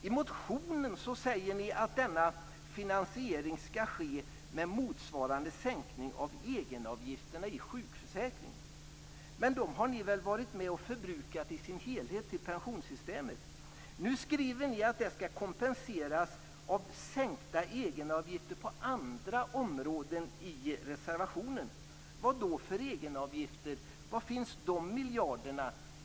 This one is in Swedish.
I motionen säger ni att denna finansiering skall ske med motsvarande sänkning av egenavgifterna i sjukförsäkringen. Men de har ni väl varit med och förbrukat i sin helhet till pensionssystemet? Nu skriver ni att det skall kompenseras av sänkta egenavgifter på andra områden i reservationen. Vad då för egenavgifter? Var finns de miljarderna?